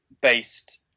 based